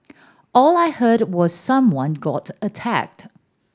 all I heard was someone got attacked